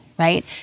Right